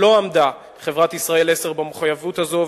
לא עמדה חברת "ישראל 10" במחויבות הזאת,